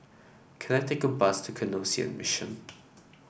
can I take a bus to Canossian Mission